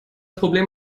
problem